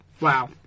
Wow